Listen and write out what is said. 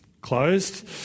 closed